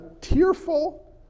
tearful